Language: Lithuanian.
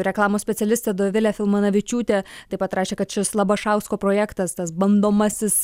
reklamos specialistė dovilė filmanavičiūtė taip pat rašė kad šis labašausko projektas tas bandomasis